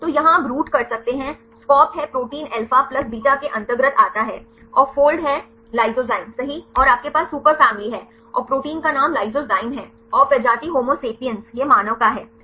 तो यहाँ आप रूट कर सकते हैं SCOP है प्रोटीन अल्फा प्लस बीटा के अंतर्गत आता है और फोल्ड है लाइसोजाइम सही और आपके पास सुपरफैमिली है और प्रोटीन का नाम लाइसोजाइम है और प्रजाति होमो सेपियन्स यह मानव का है